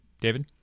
David